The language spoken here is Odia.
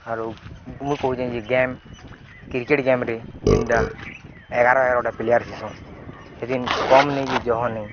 ଆରୁ ମୁଁ କହୁଛେ ଯେ ଗେମ୍ କ୍ରିକେଟ୍ ଗେମ୍ରେ ଯେନ୍ଟା ଏଗାର ଏଗାରଟା ପ୍ଲେୟାର୍ ସେସୁଁ ସେଦନ୍ କମ୍ ନେଇଁକ ଜହ ନିି